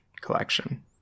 collection